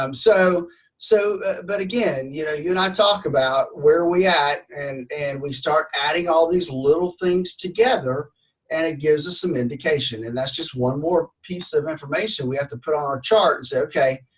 um so so but again you know you and i talked about where we at, and and we start adding all these little things together and it gives us some indication, and that's just one more piece of information we have to put on our charts. okay,